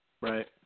Right